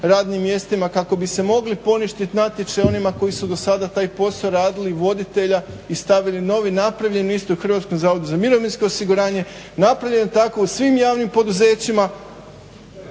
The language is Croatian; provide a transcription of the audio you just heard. radnim mjestima kako bi se mogli poništiti natječaji onima koji su do sada taj posao radili, voditelja i stavili novi napravljen. Isto je i u Hrvatskom zavodu za mirovinsko osiguranje, napravljen je tako u svim javnim poduzećima.